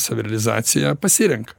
savirealizaciją pasirenka